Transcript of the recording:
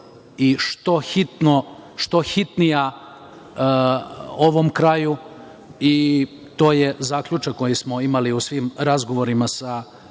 i što hitnija ovom kraju i to je zaključak koji smo imali u svim razgovorima sa